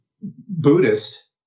Buddhist